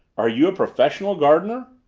are you a professional gardener?